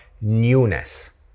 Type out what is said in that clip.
newness